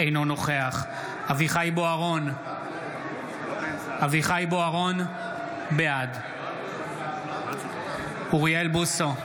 אינו נוכח אביחי אברהם בוארון, בעד אוריאל בוסו,